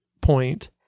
point